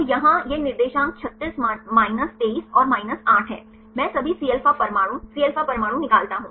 तो यहाँ यह निर्देशांक 36 माइनस 23 और माइनस 8 है I मैं सभी Cα परमाणु Cα परमाणु निकालता हूं